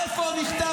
איפה המכתב,